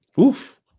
Oof